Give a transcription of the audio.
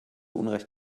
unrecht